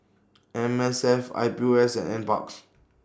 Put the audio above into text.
M S F I P O S and NParks